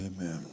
Amen